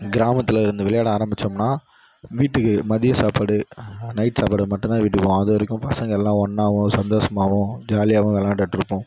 கிராமத்தில் இந்த விளையாட ஆரம்பித்தோம்னா வீட்டுக்கு மதியம் சாப்பாடு நைட் சாப்பாடு மட்டும்தான் வீட்டுக்கு போவோம் அது வரைக்கும் பசங்களெல்லாம் ஒன்றாவும் சந்தோஷமாகவும் ஜாலியாகவும் விளாண்டுகிட்டு இருப்போம்